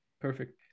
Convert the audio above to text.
Perfect